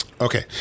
Okay